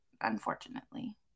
unfortunately